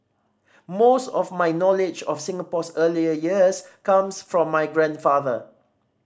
most of my knowledge of Singapore's early years comes from my grandfather